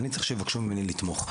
ואני צריך שיבקשו ממני לתמוך.